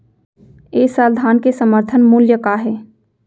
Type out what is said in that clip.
ए साल धान के समर्थन मूल्य का हे?